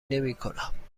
نمیکنم